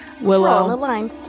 Willow